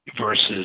versus